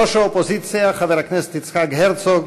ראש האופוזיציה חבר הכנסת יצחק הרצוג,